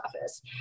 office